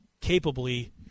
capably